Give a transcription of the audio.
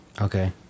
Okay